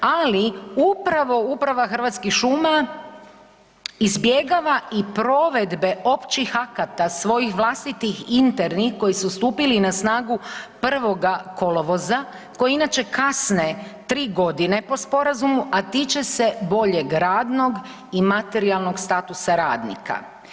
Ali upravo Uprava Hrvatskih šuma izbjegava i provedbe općih akata svojih vlastitih internih koji su stupili na snagu 1. Kolovoza koji inače kasne tri godine po sporazumu, a tiče se boljeg radnog i materijalnog statusa radnika.